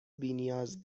بینیاز